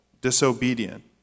disobedient